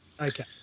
Okay